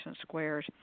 squares